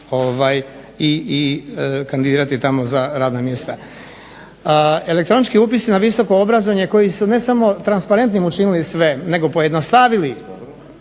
i kandidirati tamo za radna mjesta. Elektronički upis na visoko obrazovanje koji su ne samo transparentnim učinili sve nego pojednostavili